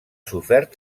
sofert